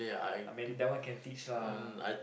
Amanda one candies lah